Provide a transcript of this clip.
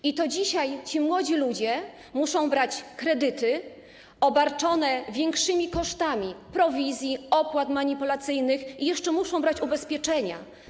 I to dzisiaj ci młodzi ludzie muszą brać kredyty obarczone większymi kosztami prowizji, opłat manipulacyjnych i jeszcze muszą brać ubezpieczenia.